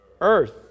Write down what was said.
Earth